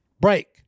break